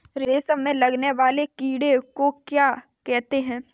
रेशम में लगने वाले कीड़े को क्या कहते हैं?